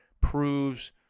proves